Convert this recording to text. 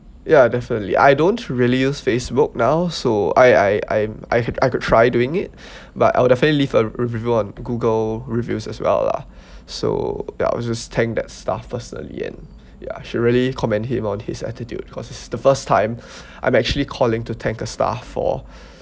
ya definitely I don't really use Facebook now so I I I I could I could try doing it but I will definitely leave a review on Google reviews as well lah so I was just thank that staff personally and ya should really commend him on his attitude cause it's the first time I'm actually calling to thank a staff for